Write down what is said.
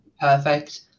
perfect